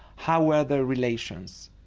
how were their relations?